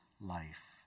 life